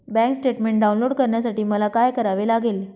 Bank statement download करण्यासाठी मला काय करावे लागेल?